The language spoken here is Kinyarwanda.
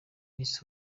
miss